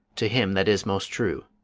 to him that is most true.